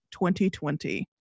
2020